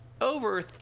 over